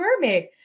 mermaid